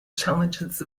challenges